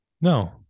No